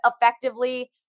effectively